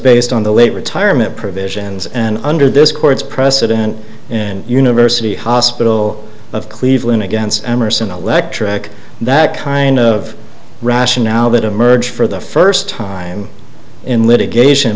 based on the late retirement provisions and under this court's precedent and university hospital of cleveland against emerson electric that kind of rationale that emerged for the first time in litigation